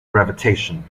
gravitation